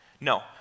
No